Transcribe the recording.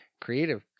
creative